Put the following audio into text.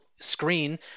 screen